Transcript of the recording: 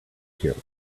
killed